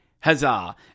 Huzzah